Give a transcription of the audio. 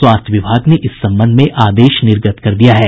स्वास्थ्य विभाग ने इस संबंध में आदेश निर्गत कर दिया है